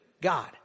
God